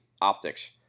optics